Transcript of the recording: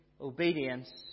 obedience